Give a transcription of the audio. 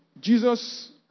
jesus